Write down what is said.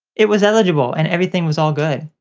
it was eligible and everything was all good.